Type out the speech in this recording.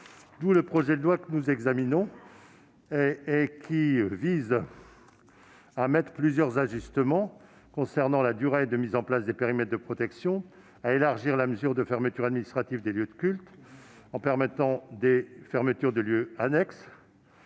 le projet de loi que nous examinons aujourd'hui procède à divers ajustements. Il limite la durée de mise en place des périmètres de protection, élargit la mesure de fermeture administrative des lieux de culte en permettant la fermeture des locaux annexes